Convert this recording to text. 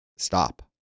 stop